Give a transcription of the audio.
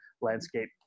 landscape